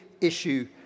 issue